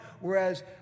Whereas